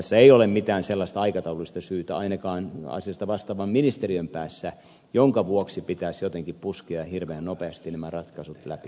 tässä ei ole mitään sellaista aikataulullista syytä ainakaan asiasta vastaavan ministeriön päässä jonka vuoksi pitäisi jotenkin puskea hirveän nopeasti nämä ratkaisut läpi